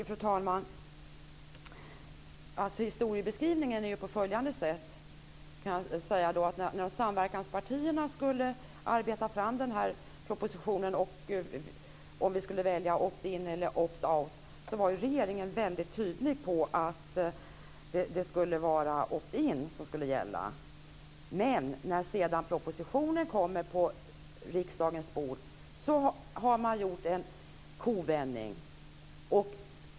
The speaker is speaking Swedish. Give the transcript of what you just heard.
Fru talman! Historiskrivningen är följande: När samverkanspartierna skulle arbeta fram propositionen och tog upp frågan om vi skulle välja opt in eller opt out var regeringen mycket tydlig på den punkten att opt in skulle gälla. När sedan propositionen kom på riksdagens bord har man gjort en kovändning.